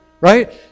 right